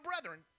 brethren